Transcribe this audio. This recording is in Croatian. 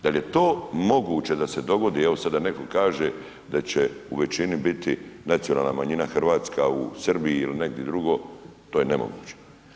Da li je to moguće da se dogodi, evo sada netko kaže da će u većini biti nacionalna manjina Hrvatska u Srbiji ili negdje drugo, to je nemoguće.